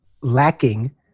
lacking